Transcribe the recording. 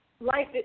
life